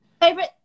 Favorite